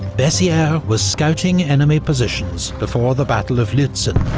bessieres was scouting enemy positions before the battle of lutzen,